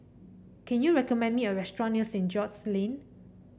can you recommend me a restaurant near St George's Lane